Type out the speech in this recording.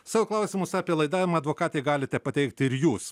savo klausimus apie laidavimą advokatei galite pateikti ir jūs